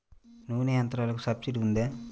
నూనె యంత్రాలకు సబ్సిడీ ఉందా?